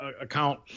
account